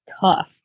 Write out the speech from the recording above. tough